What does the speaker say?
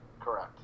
Correct